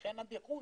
לכן הדיחוי.